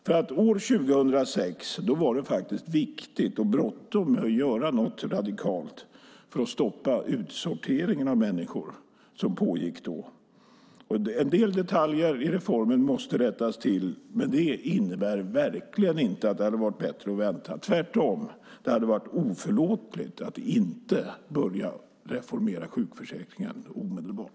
År 2006 var det faktiskt viktigt och bråttom att göra något radikalt för att stoppa den utsortering av människor som då pågick. En del detaljer i reformen måste rättas till. Men det innebär verkligen inte att det hade varit bättre att vänta. Tvärtom hade det varit oförlåtligt att inte börja reformera sjukförsäkringen omedelbart.